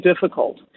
difficult